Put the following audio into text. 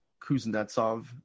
Kuznetsov